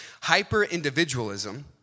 hyper-individualism